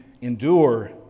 endure